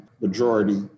majority